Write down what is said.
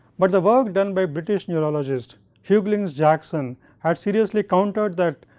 but the work done by british neurologist hughlings jackson had seriously countered that,